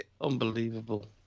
Unbelievable